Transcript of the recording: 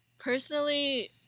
personally